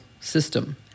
system